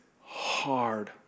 hard